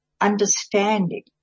understanding